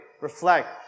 Reflect